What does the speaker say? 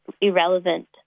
irrelevant